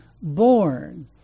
born